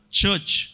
church